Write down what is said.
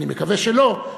אני מקווה שלא,